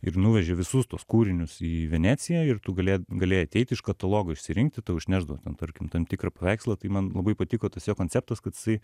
ir nuvežė visus tuos kūrinius į veneciją ir tu galė galėjai ateiti iš katalogo išsirinkti tau išnešdavo tarkim tam tikrą paveikslą tai man labai patiko tas jo konceptas kad jisai